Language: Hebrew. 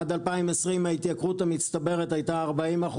עד 2020 ההתייקרות המצטברת הייתה 40%,